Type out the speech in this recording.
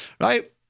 right